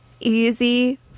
Easy